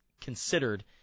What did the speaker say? considered